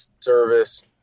service